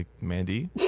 Mandy